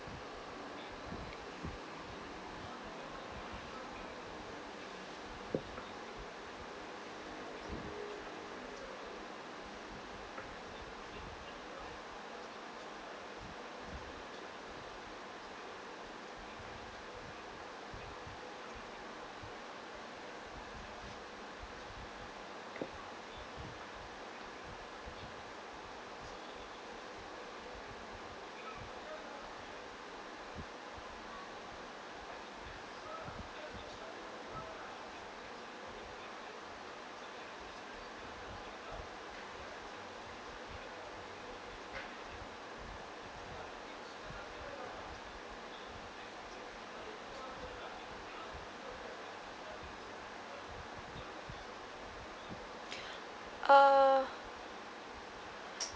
uh